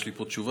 יש לי פה תשובה,